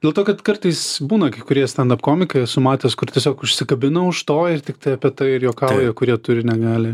dėl to kad kartais būna kai kure standap komikai esu matęs kur tiesiog užsikabina už to ir tiktai apie tai ir juokauja kurie turi negalią